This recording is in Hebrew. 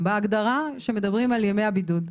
האם בהגדרה כשמדברים על ימי הבידוד,